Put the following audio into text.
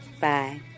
Bye